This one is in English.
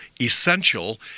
essential